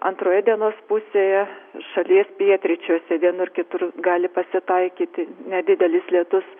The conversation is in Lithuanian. antroje dienos pusėje šalies pietryčiuose vienur kitur gali pasitaikyti nedidelis lietus